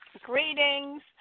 Greetings